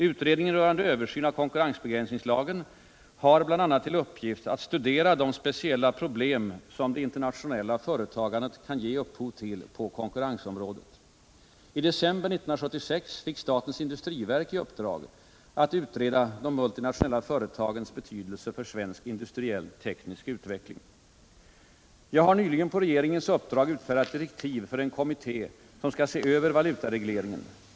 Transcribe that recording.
Utredningen rörande översyn av konkurrensbegränsningslagen har bl.a. till uppgift att studera de speciella problem som det internationella företagandet kan ge upphov till på konkurrensområdet. I december 1976 fick statens industriverk i uppdrag att utreda de multinationella företagens betydelse för svensk industriell teknisk utveckling. Jag har nyligen på regeringens uppdrag utfärdat direktiv för en kommitté som skall se över valutaregleringen.